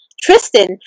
Tristan